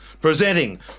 Presenting